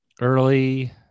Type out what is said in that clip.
early